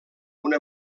una